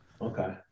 Okay